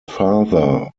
father